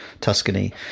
Tuscany